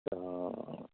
ਹਾਂ